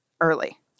early